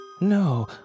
No